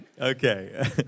Okay